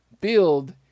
build